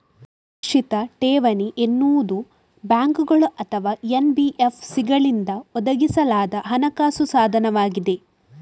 ನಿಶ್ಚಿತ ಠೇವಣಿ ಎನ್ನುವುದು ಬ್ಯಾಂಕುಗಳು ಅಥವಾ ಎನ್.ಬಿ.ಎಫ್.ಸಿಗಳಿಂದ ಒದಗಿಸಲಾದ ಹಣಕಾಸು ಸಾಧನವಾಗಿದೆ